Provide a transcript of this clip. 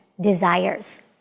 desires